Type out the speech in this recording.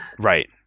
Right